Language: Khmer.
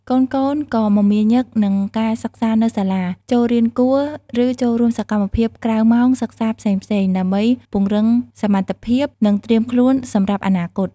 កូនៗ ក៏មមាញឹកនឹងការសិក្សានៅសាលា ចូលរៀនគួរ ឬចូលរួមសកម្មភាពក្រៅម៉ោងសិក្សាផ្សេងៗ ដើម្បីពង្រឹងសមត្ថភាព និងត្រៀមខ្លួនសម្រាប់អនាគត។